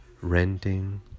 renting